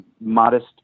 modest